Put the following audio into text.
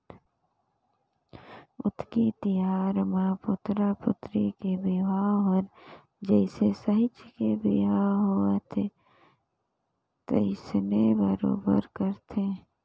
अक्ती तिहार मे पुतरा पुतरी के बिहाव हर जइसे सहिंच के बिहा होवथे तइसने बरोबर करथे